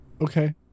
Okay